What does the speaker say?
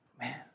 man